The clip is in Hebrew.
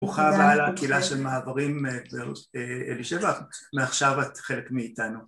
‫ברוכה הבאה לקהילה של מעברים, ‫אלי שבח, ‫מעכשיו את חלק מאיתנו.